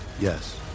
Yes